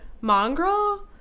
Mongrel